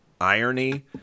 irony